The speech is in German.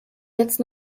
jetzt